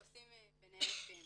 עושים ביניהם פינג-פונג.